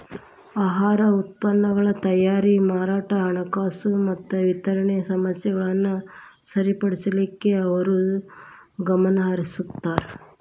ಆಹಾರ ಉತ್ಪನ್ನಗಳ ತಯಾರಿ ಮಾರಾಟ ಹಣಕಾಸು ಮತ್ತ ವಿತರಣೆ ಸಮಸ್ಯೆಗಳನ್ನ ಸರಿಪಡಿಸಲಿಕ್ಕೆ ಅವರು ಗಮನಹರಿಸುತ್ತಾರ